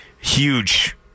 Huge